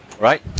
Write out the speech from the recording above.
right